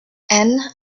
and